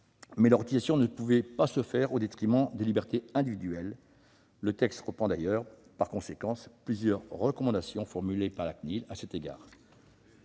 Mais leur utilisation ne pouvait pas se faire au détriment des libertés individuelles. Le texte reprend par conséquent plusieurs recommandations formulées par la CNIL à cet égard.